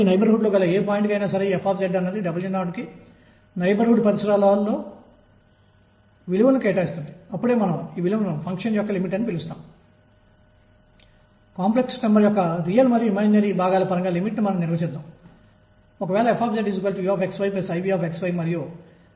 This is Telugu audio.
కాబట్టి ఇది మీకు చెప్పేది ఏమిటంటే నేను ఈ కణాన్ని పరిమాణం L మధ్య పరిమితం చేసిన పెట్టెలో కలిగి ఉంటే ఎనర్జీ అనేది h28mL2 లేదా 4h28mL2 లేదా 9h28mL2 మరియు మొదలైన వాటికి సమానం